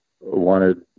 wanted